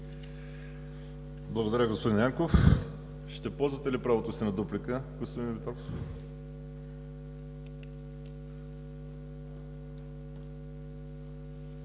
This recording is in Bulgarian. Благодаря, господин Янков. Ще ползвате ли правото си на дуплика,